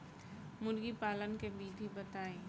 मुर्गीपालन के विधी बताई?